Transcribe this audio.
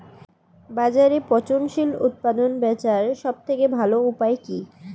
বাজারে পচনশীল উৎপাদন বেচার সবথেকে ভালো উপায় কি?